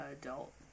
adult